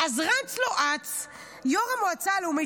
אז רץ אץ לו יו"ר המועצה הלאומית,